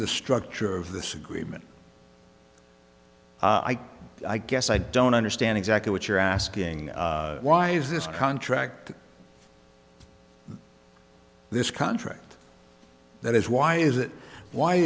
the structure of this agreement i guess i don't understand exactly what you're asking why is this contract this contract that is why is it why